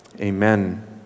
Amen